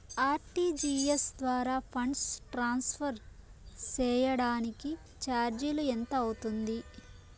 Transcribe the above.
RTGS ద్వారా funds transfer సేయడానికి చార్జీలు ఎంత అవుతుంది